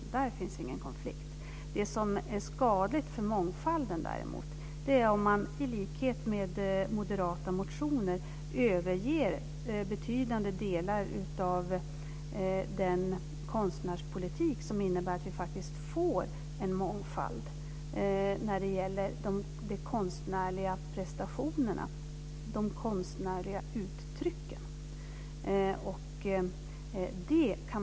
Där finns ingen konflikt. Det som däremot är skadligt för mångfalden är om man i likhet med i moderata motioner överger betydande delar av den konstnärspolitik som innebär att vi faktiskt får en mångfald när det gäller de konstnärliga prestationerna och de konstnärliga uttrycken.